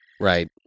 Right